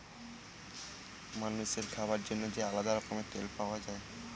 মানুষের খাবার জন্য যে আলাদা রকমের তেল পাওয়া যায়